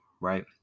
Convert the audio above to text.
right